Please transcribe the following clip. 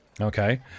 okay